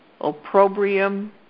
opprobrium